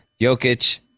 Jokic